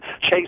Chase